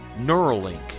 Neuralink